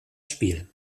spiel